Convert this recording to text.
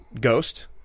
ghost